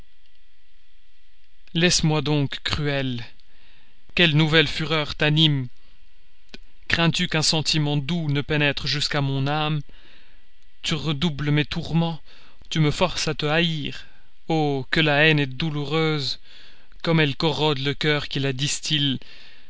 laisse-moi donc cruel quelle nouvelle fureur t'anime crains-tu qu'un sentiment doux ne pénètre jusqu'à mon âme tu redoubles mes tourments tu me forces de te haïr oh que la haine est douloureuse comme elle corrode le cœur qui la distille